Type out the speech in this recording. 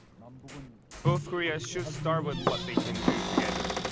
um both um both koreas should start with what they can do together.